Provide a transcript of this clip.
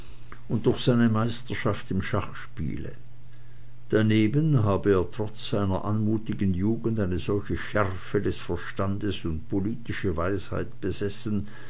und durch seine meisterschaft im schachspiele daneben habe er trotz seiner anmutigen jugend eine solche schärfe des verstandes und politische weisheit besessen